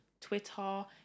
twitter